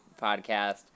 podcast